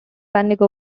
bendigo